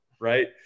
Right